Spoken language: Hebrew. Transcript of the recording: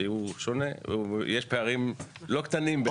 שהוא שונה יש פערים לא קטנים בין השניים.